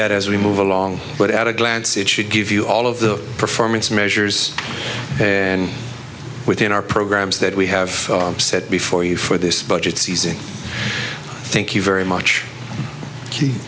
that as we move along but at a glance it should give you all of the performance measures and within our programs that we have set before you for this budget season thank you very much